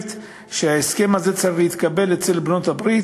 שבה ההסכם הזה צריך להתקבל אצל בעלות-הברית,